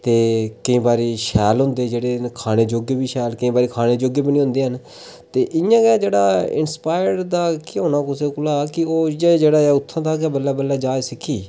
ते केईं बारी शैल होंदे जेह्ड़े खाने जोह्गे बी शैल केईं बारी खाने जोह्गे बी निं होंदे हैन ते इ'यां गै जेह्ड़ा इंस्पायर्ड दा केह् होना कुसै कोला ओह् इ'यै कि उत्थें दा गै बल्लें बल्लें जाच सिक्खी